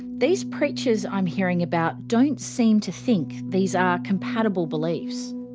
these preachers i'm hearing about don't seem to think these are compatible beliefs.